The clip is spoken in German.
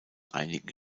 einigen